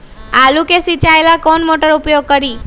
आलू के सिंचाई ला कौन मोटर उपयोग करी?